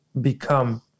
become